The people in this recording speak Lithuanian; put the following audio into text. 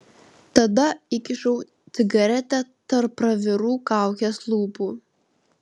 tada įkišau cigaretę tarp pravirų kaukės lūpų